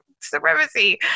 supremacy